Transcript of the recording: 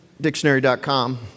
dictionary.com